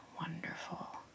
wonderful